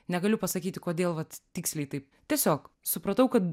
negaliu pasakyti kodėl vat tiksliai taip tiesiog supratau kad